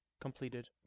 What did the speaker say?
completed